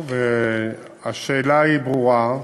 טוב, השאלה ברורה.